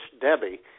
Debbie